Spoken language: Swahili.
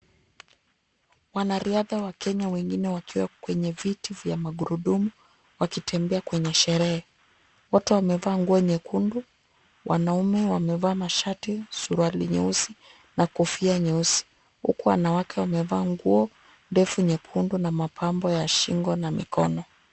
Wanariadha wa Kenya wengine wakiwa kwenye viti vya magurudumu, wakitembea kwenye sherehe. Wote wamevaa nguo nyekundu. Wanaume wamevaa mashati, suruali nyeusi na kofia nyeusi, huku wanawake wamevaa nguo ndefu nyekundu na mapambo ya shingo na mikono.